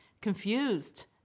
confused